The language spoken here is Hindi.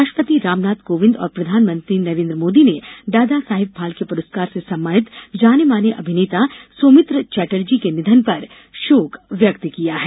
राष्ट्रपति रामनाथ कोविंद और प्रधानमंत्री नरेन्द्र मोदी ने दादा साहेब फाल्के पुरस्कार से सम्मानित जानेमाने अभिनेता सौमित्र चटर्जी के निधन पर शोक व्यक्त किया है